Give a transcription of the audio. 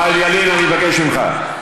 חיים ילין, אני מבקש ממך.